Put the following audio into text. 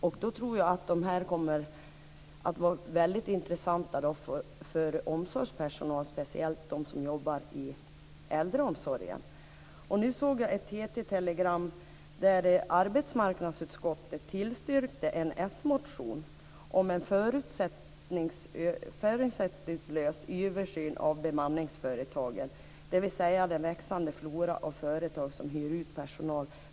Jag tror att dessa företag kommer att vara intressanta för omsorgspersonal, och speciellt för dem som jobbar i äldreomsorgen. Nu såg jag ett TT-telegram där det stod att arbetsmarknadsutskottet tillstyrkte en s-motion om en förutsättningslös översyn av bemanningsföretagen, dvs. den växande flora av företag som hyr ut personal.